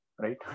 right